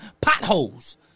potholes